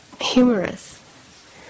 humorous